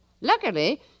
Luckily